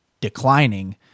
declining